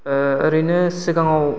ओरैनो सिगाङाव